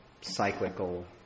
cyclical